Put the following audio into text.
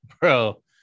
bro